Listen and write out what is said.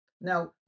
Now